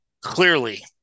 clearly